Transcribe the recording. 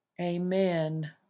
amen